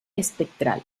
espectral